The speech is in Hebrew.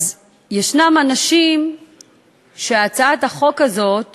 ישנם אנשים שהצעת החוק הזאת